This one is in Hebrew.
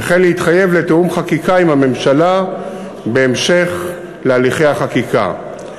וכן להתחייב לתיאום חקיקה עם הממשלה בהמשך הליכי החקיקה.